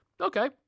Okay